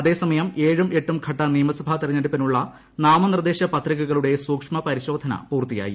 അതേസമയം ഏഴും എട്ടും ഘട്ട നിയമസഭാ തെരഞ്ഞെടുപ്പിനുള്ള നാമനിർദ്ദേശ പത്രികകളുടെ സൂക്ഷ്മപരിശോധന പൂർത്തിയായി